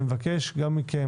אני מבקש גם מכם,